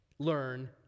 learn